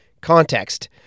context